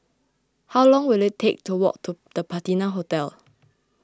how long will it take to walk to the Patina Hotel